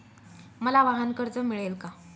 मला वाहनकर्ज मिळेल का?